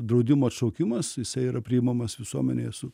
draudimo atšaukimas jisai yra priimamas visuomenėje su